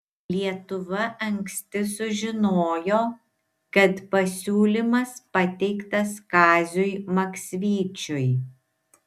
lietuva anksti sužinojo kad pasiūlymas pateiktas kaziui maksvyčiui